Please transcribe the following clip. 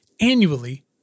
annually